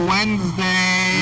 Wednesday